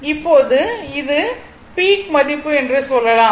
இப்போது இது பீக் மதிப்பு என்று சொல்லலாம்